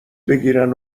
بگیرن